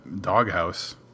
doghouse